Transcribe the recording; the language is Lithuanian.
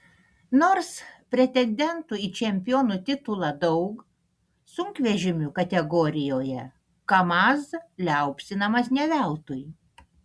nors pretendentų į čempionų titulą daug sunkvežimių kategorijoje kamaz liaupsinamas ne veltui